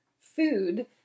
food